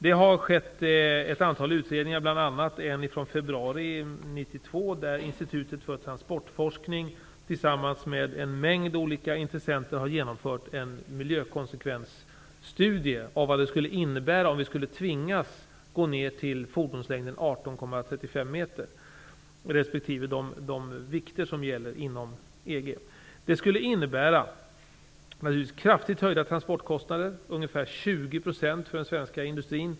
Det har gjorts ett antal utredningar, bl.a. en från februari 1992, där Institutet för transportforskning tillsammans med en mängd olika intressenter har genomfört en miljökonsekvensstudie av vad det skulle innebära om vi skulle tvingas gå ner till fordonslängden Det skulle innebära kraftigt höjda transportkostnader, ungefär 20 % för den svenska industrin.